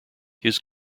his